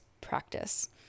practice